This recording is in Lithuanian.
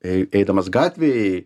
ei eidamas gatvėjėj